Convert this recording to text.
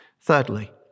Thirdly